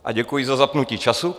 A děkuji za zapnutí času.